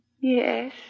Yes